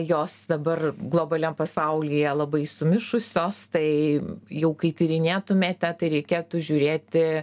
jos dabar globaliam pasaulyje labai sumišusios tai jau kai tyrinėtumėte tai reikėtų žiūrėti